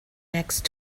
next